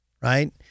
right